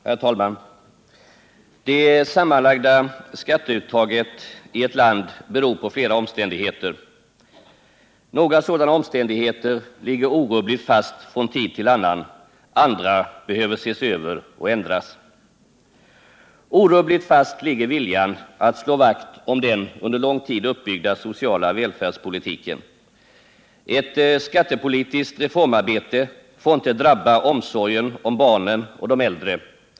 Herr talman! Det sammanlagda skatteuttaget i ett land beror på flera omständigheter. Några sådana omständigheter ligger orubbligt fast från tid till annan. Andra behöver ses över och ändras. Orubbligt fast ligger viljan att slå vakt om den under lång tid uppbyggda sociala välfärdspolitiken. Ett skattepolitiskt reformarbete får inte drabba omsorgen om barnen och de äldre.